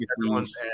everyone's